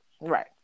Right